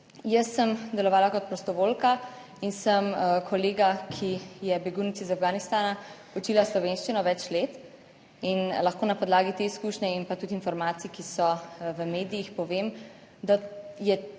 Jaz sem delovala kot prostovoljka in sem kolega, ki je begunec iz Afganistana učila slovenščino več let in lahko na podlagi te izkušnje in pa tudi informacij, ki so v medijih povem, da je